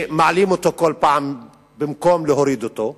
שמעלים אותו כל פעם במקום להוריד אותו,